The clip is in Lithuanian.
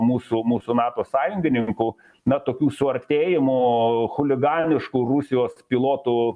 mūsų mūsų nato sąjungininkų na tokių suartėjimo chuliganiškų rusijos pilotų